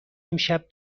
امشب